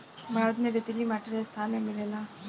भारत में रेतीली माटी राजस्थान में मिलेला